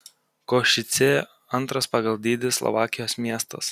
košicė antras pagal dydį slovakijos miestas